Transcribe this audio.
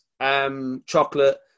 chocolate